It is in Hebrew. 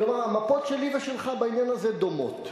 כלומר, המפות שלי ושלך בעניין הזה דומות.